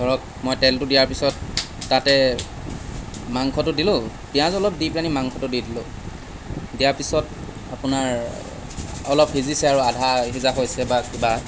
ধৰক মই তেলটো দিয়াৰ পিছত তাতে মাংসটো দিলোঁ পিঁয়াজ অলপ দি পেলানি মাংসটো দি দিলোঁ দিয়াৰ পিছত আপোনাৰ অলপ সিজিছে আৰু আধা সিজা হৈছে বা কিবা